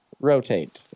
rotate